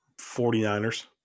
49ers